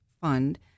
fund